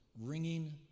Ringing